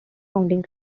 founding